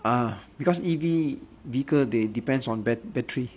uh because E_V vehicle they depends on bat~ battery